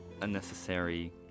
unnecessary